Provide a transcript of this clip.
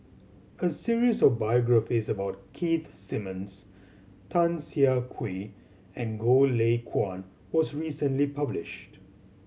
a series of biographies about Keith Simmons Tan Siah Kwee and Goh Lay Kuan was recently published